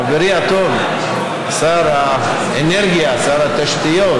חברי הטוב שר האנרגיה, שר התשתיות,